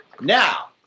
Now